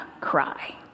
cry